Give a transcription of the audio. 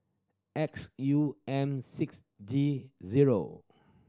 X U M six G zero